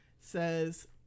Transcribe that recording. says